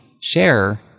share